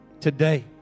Today